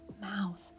mouth